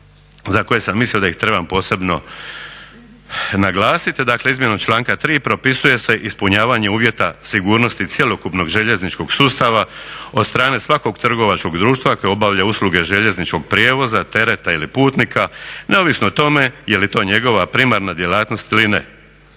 za koje sam mislio da ih trebam posebno naglasiti. Dakle izmjenom članka 3.propisuje se ispunjavanje uvjeta sigurnosti cjelokupnog željezničkog sustava od strane svakog trgovačkog društva koje obavlja usluge željezničkog prijevoza, tereta ili putnika neovisno o tome jeli to njegova primarna djelatnost ili ne.